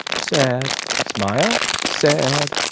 sad. smile. sad.